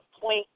point